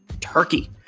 turkey